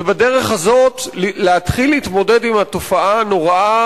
ובדרך הזאת להתחיל להתמודד עם התופעה הנוראה